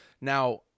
now